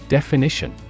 Definition